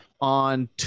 on